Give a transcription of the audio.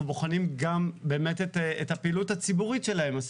בוחנים גם באמת את הפעילות הציבורית שלהם,